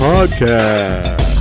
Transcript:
Podcast